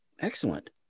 Excellent